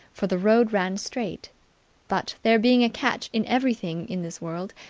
for the road ran straight but, there being a catch in everything in this world,